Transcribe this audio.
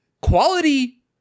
quality